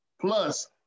plus